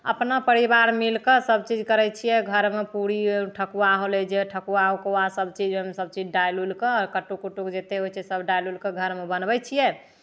अपना परिवार मिलि कऽ सभचीज करै छियै घरमे पूड़ी भेल ठकुआ होलै जे ठकुआ उकुआ सभचीज सभचीज ओहिमे डालि उलि कऽ कट्टुक उट्टुक जतेक होइ छै सभ डालि कऽ बनबै छियै